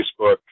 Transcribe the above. Facebook